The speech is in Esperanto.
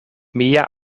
mia